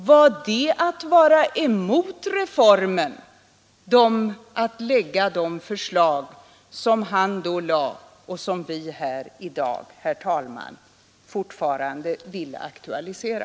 Var det att vara mot reformen, att lägga de förslag som han lade och som vi här i dag, herr talman, fortfarande vill aktualisera?